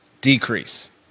decrease